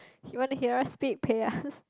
he want to hear us speak pay us